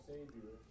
Savior